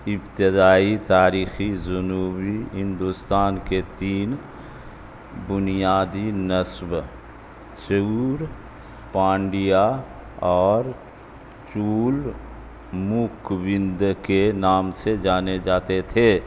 ابتدائی تاریخی جنوبی ہندوستان کے تین بنیادی نسب سعور پانڈیا اور چول موک وند کے نام سے جانے جاتے تھے